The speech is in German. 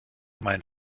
mein